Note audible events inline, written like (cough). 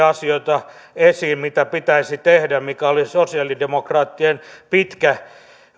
(unintelligible) asioita esiin mitä pitäisi tehdä mikä oli sosialidemokraattien pitkä